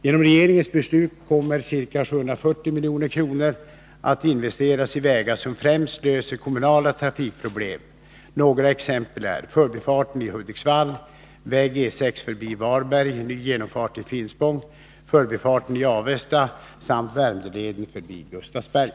Genom regeringens beslut kommer ca 740 milj.kr. att investeras i vägar som främst löser kommunala trafikproblem. Några exempel är förbifarten i Hudiksvall, väg E6 förbi Varberg, ny genomfart i Finspång, förbifarten i Avesta samt Värmdöleden förbi Gustavsberg.